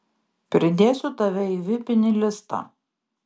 pridėsiu tave į vipinį listą